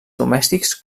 domèstics